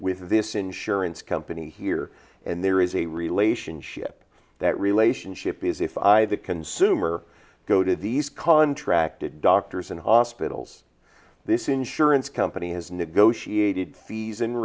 with this insurance company here and there is a relationship that relationship is if either consumer go to these contracted doctors and hospitals this insurance company has negotiated fees